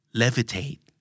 levitate